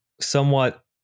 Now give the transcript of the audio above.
somewhat